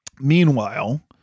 Meanwhile